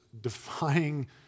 defying